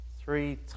three